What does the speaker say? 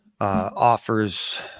offers